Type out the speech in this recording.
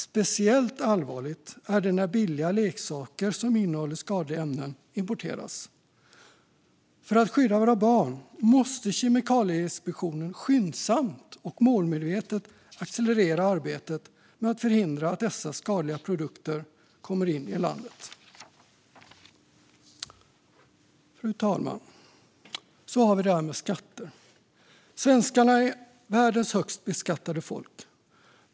Speciellt allvarligt är det när billiga leksaker som innehåller skadliga ämnen importeras. För att skydda våra barn måste Kemikalieinspektionen skyndsamt och målmedvetet accelerera arbetet med att förhindra att dessa skadliga produkter kommer in i landet. Fru talman! Så har vi det här med skatter. Svenskarna är världens högst beskattade folk.